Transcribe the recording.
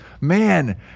man